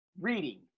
Reading